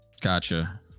gotcha